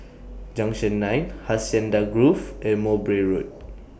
Junction nine Hacienda Grove and Mowbray Road